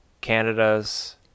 Canada's